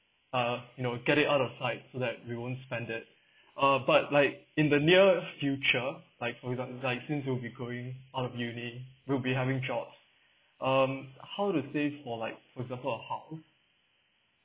uh you know get it out of sight so that we wouldn't spend it uh but like in the near future like for exam~ is like since you will be going out of uni you'll be having job um how to save for like for example a house